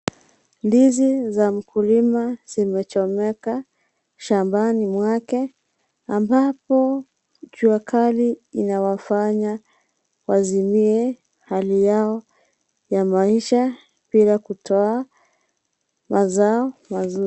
Ndizi za mkulima zimechomeka shambani mwake ambapo jua kali inawafanya wazimie hali yao ya maisha bila kutoa mazao mazuri.